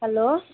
hello